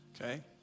Okay